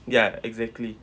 ya exactly